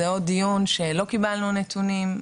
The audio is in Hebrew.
זה עוד דיון שלא קיבלנו נתונים,